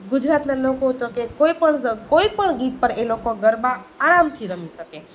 ગુજરાતનાં લોકો તો કે કોઈ પણ કોઈ પણ ગીત પર એ લોકો ગરબા આરામથી રમી શકે